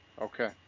Okay